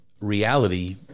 reality